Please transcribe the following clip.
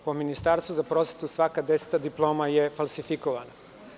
Po Ministarstvu za prosvetu, svaka deseta diploma je falsifikovana.